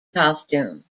costume